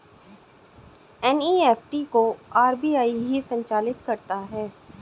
NEFT को RBI ही संचालित करता है